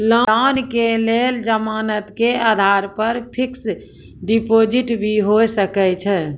Loan के लेल जमानत के आधार पर फिक्स्ड डिपोजिट भी होय सके छै?